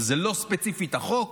שזה לא ספציפית החוק.